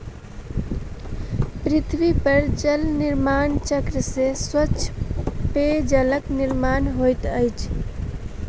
पृथ्वी पर जल निर्माण चक्र से स्वच्छ पेयजलक निर्माण होइत अछि